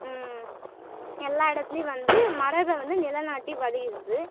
எல்லா இடத்துலையும் வந்து மரபை வந்து நிலைநாட்டி வருகிறது